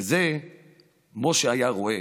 וזה "משה היה רֹעה",